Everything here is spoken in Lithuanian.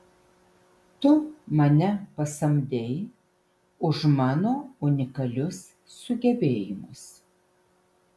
tu mane pasamdei už mano unikalius sugebėjimus